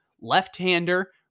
Left-hander